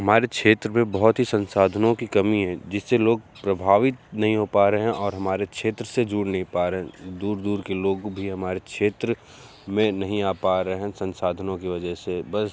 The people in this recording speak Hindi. हमारे क्षेत्र में बहुत ही संसाधनों की कमी है जिससे लोग प्रभावित नहीं हो पा रहे हैं और हमारे क्षेत्र से जुड़ नहीं पा रहे हैं दूर दूर के लोग भी हमारे क्षेत्र में नहीं आ पा रहे हैं संसाधनों की वजह से बस